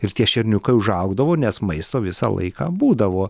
ir tie šerniukai užaugdavo nes maisto visą laiką būdavo